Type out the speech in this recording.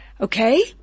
Okay